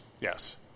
Yes